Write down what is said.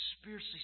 spiritually